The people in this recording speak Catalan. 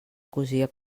cosia